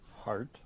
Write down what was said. Heart